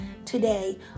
today